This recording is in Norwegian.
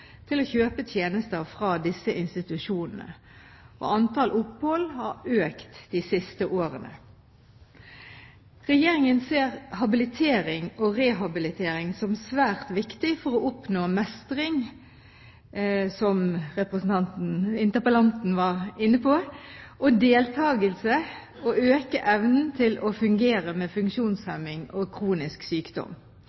til å kjøpe tjenester fra disse institusjonene. Antall opphold har økt de siste årene. Regjeringen ser habilitering og rehabilitering som svært viktig for å oppnå mestring, som interpellanten var inne på, og deltakelse og for å øke evnen til å fungere med